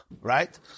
right